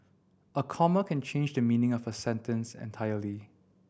a comma can change the meaning of a sentence entirely